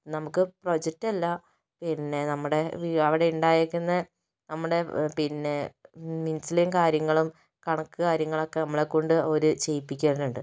നമുക്ക് പ്രൊജക്ടല്ല പിന്നെ നമ്മുടെ അവിടെ ഉണ്ടായിരിക്കുന്ന നമ്മുടെ പിന്നെ മിനിട്സിലെയും കാര്യങ്ങളും കണക്ക് കാര്യങ്ങളൊക്കെ നമ്മളെക്കൊണ്ട് അവർ ചെയ്യിപ്പിക്കാറുണ്ട്